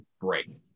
break